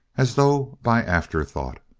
as though by afterthought.